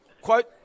quote